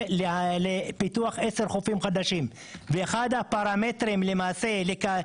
לפיתוח 10 חופים חדשים ואחד הפרמטרים לזכות בקול